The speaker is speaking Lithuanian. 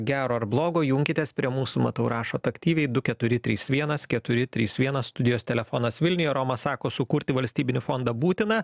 gero ar blogo junkitės prie mūsų matau rašot aktyviai du keturi trys vienas keturi trys vienas studijos telefonas vilniuje romas sako sukurti valstybinį fondą būtina